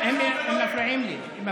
אני מסיים.